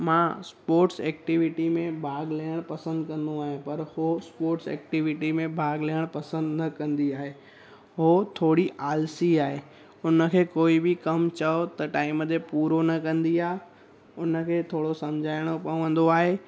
मां sports activity में भाग वठणु पसंदि कंदो आहियां पर उहो स्पोट्स ऐक्टिविटी में भाग वठणु पसंदि न कंदी आहे उहो थोरी आलसी आहे उनखे कोई बि कमु चओ त टाइम ते पूरो न कंदी आहे उनखे थोरो सम्झाइणो पवंदो आहे